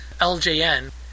LJN